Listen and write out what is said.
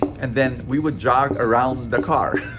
and then we would jog around the car.